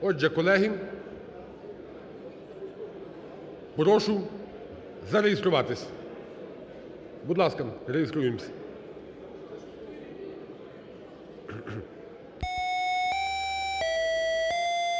Отже, колеги, прошу зареєструватись. Будь ласка, реєструємося. 10:02:50